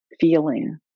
feeling